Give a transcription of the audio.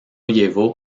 llevó